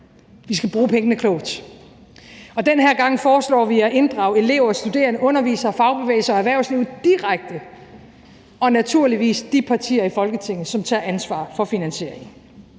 Vi skal bruge pengene klogt, og den her gang foreslår vi at inddrage elever, studerende, undervisere, fagbevægelse og erhvervsliv direkte og naturligvis de partier i Folketinget, som tager ansvar for finansieringen.